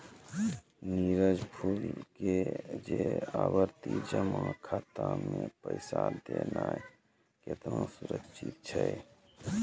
नीरज पुछलकै जे आवर्ति जमा खाता मे पैसा देनाय केतना सुरक्षित छै?